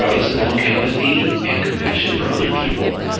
ah it's about empathy and compassion for other people.